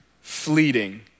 fleeting